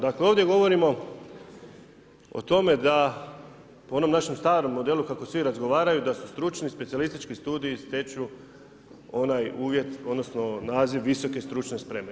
Dakle, ovdje govorimo o tome da po onom našem starom modelu, kako svi razgovaraju da su stručni specijalistički studiji, stiču onaj uvjet, odnosno naziv visoke stručne spreme.